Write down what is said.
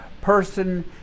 person